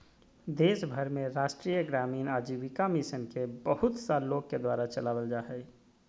देश भर में राष्ट्रीय ग्रामीण आजीविका मिशन के बहुत सा लोग के द्वारा चलावल जा हइ